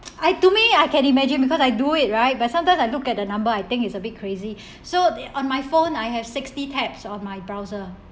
I to me I can imagine because I do it right but sometimes I look at the number I think it's a bit crazy so on my phone I have sixty tabs on my browser